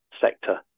sector